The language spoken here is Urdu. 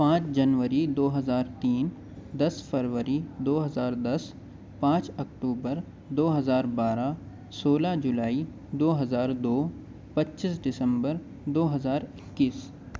پانچ جنوری دو ہزار تین دس فروری دو ہزار دس پانچ اکتوبر دو ہزار بارہ سولہ جولائی دو ہزار دو پچیس دسمبر دو ہزار اکیس